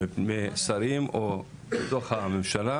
משרים או בתוך הממשלה,